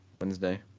Wednesday